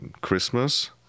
Christmas